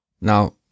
Now